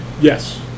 yes